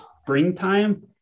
springtime